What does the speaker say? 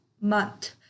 month